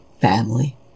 family